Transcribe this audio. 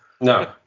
no